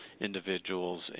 individuals